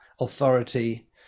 authority